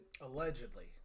Allegedly